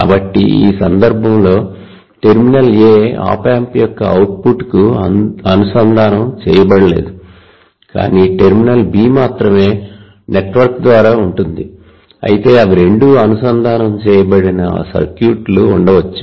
కాబట్టి ఈ సందర్భంలో టెర్మినల్ A ఆప్ ఆంప్ యొక్క అవుట్పుట్కు అనుసంధానం చేయబడలేదు కానీ టెర్మినల్ B మాత్రమే ఈ నెట్వర్క్ ద్వారా ఉంటుంది అయితే అవి రెండూ అనుసంధానం చేయబడిన సర్క్యూట్లు ఉండవచ్చు